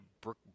Brooke